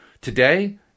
Today